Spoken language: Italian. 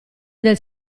del